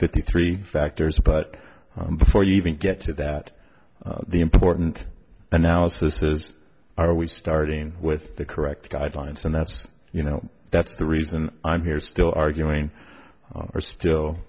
fifty three factors but before you even get to that the important analysis is are we starting with the correct guidelines and that's you know that's the reason i'm here still arguing or still